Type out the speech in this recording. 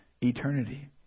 eternity